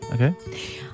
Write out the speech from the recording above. Okay